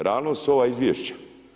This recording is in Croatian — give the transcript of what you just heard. Realnost su ova izvješća.